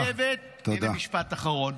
-- לשבת, תן לי משפט אחרון,